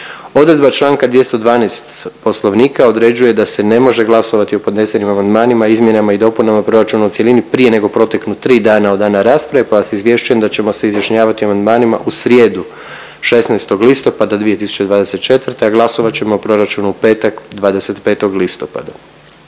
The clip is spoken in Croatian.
Odredba čl. 212. poslovnika određuje da se ne može glasovati o podnesenim amandmanima izmjenama i dopunama proračuna u cjelini prije nego proteknu tri dana od dana rasprave pa vas izvješćujem da ćemo se izjašnjavati o amandmanima u srijedu 16. listopada 2024., a glasovat ćemo o proračunu u petak 25. listopada.